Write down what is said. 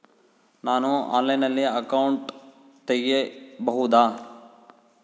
ನಾನು ಆನ್ಲೈನಲ್ಲಿ ಅಕೌಂಟ್ ತೆಗಿಬಹುದಾ?